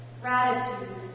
gratitude